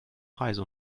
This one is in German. reise